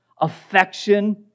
affection